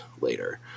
later